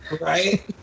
Right